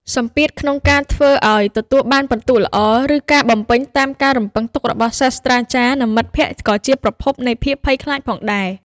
សម្ពាធក្នុងការធ្វើឱ្យទទួលបានពិន្ទុល្អ ឬការបំពេញតាមការរំពឹងទុករបស់សាស្រ្តាចារ្យ និងមិត្តភក្តិក៏ជាប្រភពនៃភាពភ័យខ្លាចផងដែរ។